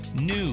New